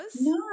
No